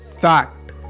fact